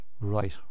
right